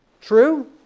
True